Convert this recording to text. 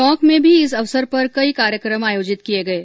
टोंक में भी इस अवसर पर कई कार्यक्रम आयोजित किये गये